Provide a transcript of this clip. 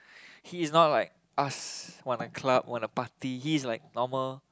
he's not like us want to club want to party he's like normal